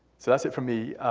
so that's it from me.